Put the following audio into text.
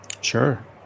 Sure